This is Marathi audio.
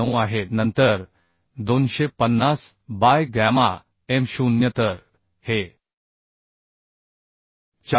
9 आहे नंतर 250 बाय गॅमा m0 तर हे 410